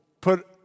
put